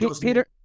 Peter